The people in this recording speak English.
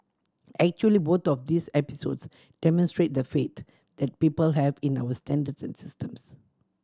actually both of these episodes demonstrate the faith that people have in our standards and systems